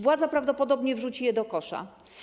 Władza prawdopodobnie wrzuci je do kosza.